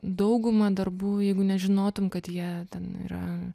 dauguma darbų jeigu nežinotum kad jie ten yra